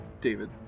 David